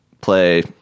play